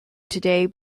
today